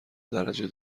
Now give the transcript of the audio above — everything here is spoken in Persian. درجه